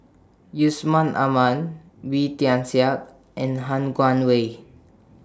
Yusman Aman Wee Tian Siak and Han Guangwei